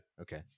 okay